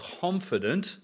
confident